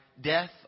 death